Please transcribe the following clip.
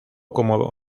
como